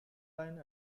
line